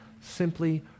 simply